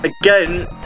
again